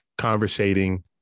conversating